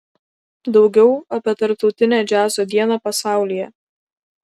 daugiau apie tarptautinę džiazo dieną pasaulyje